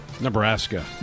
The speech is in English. Nebraska